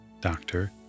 Doctor